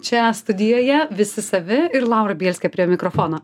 čia studijoje visi savi ir laura bielskė prie mikrofono